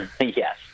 Yes